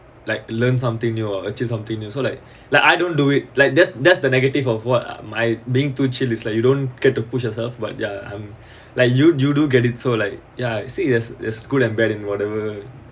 like learn something new or achieve something new so like like I don't do it like that's that's the negative of what am I being too chill is like you don't get to push yourself but ya I'm like you you do get it so like yeah see there's there's good and bad in whatever